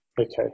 Okay